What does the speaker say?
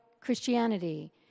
Christianity